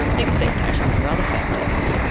expectations or other factors.